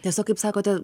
tiesiog kaip sakote